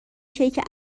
کیک